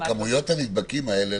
כמויות הנדבקים האלה,